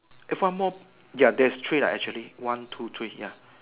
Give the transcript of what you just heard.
if one more ya there's three lah actually one two three ya